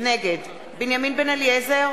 נגד בנימין בן-אליעזר,